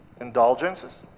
Indulgences